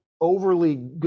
overly